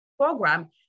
program